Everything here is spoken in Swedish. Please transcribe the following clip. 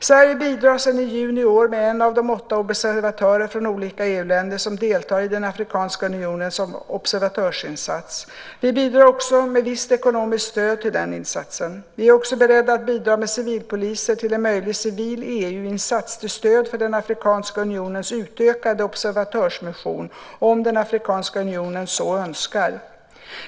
Sverige bidrar sedan i juni i år med en av de åtta observatörer från olika EU-länder som deltar i den afrikanska unionens observatörsinsats. Vi bidrar också med visst ekonomiskt stöd till den insatsen. Vi är också beredda att bidra med civilpoliser till en möjlig civil EU-insats till stöd för den afrikanska unionens utökade observatörsmission, om den afrikanska unionen så önskar.